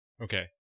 Okay